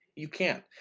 you can't,